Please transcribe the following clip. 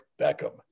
Beckham